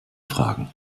fragen